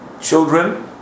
children